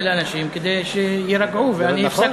לא, כי אתה פנית לאנשים כדי שיירגעו, ואני הפסקתי.